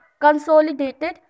Consolidated